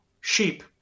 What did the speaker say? sheep